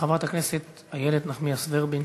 חברת הכנסת איילת נחמיאס ורבין.